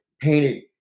painted